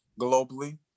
globally